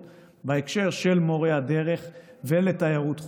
בהקשר של מורי הדרך ותיירות חו"ל.